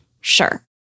Sure